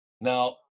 Now